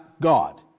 God